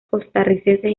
costarricense